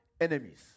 enemies